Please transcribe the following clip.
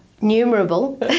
numerable